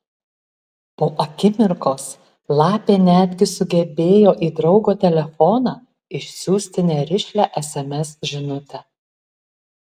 po akimirkos lapė netgi sugebėjo į draugo telefoną išsiųsti nerišlią sms žinutę